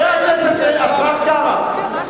חבר הכנסת, השר קרא.